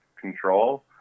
control